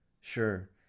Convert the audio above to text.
sure